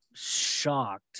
shocked